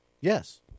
Yes